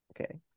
Okay